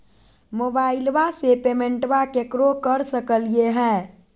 मोबाइलबा से पेमेंटबा केकरो कर सकलिए है?